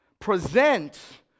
Present